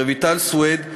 רויטל סויד,